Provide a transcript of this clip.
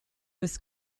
his